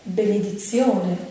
benedizione